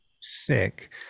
Sick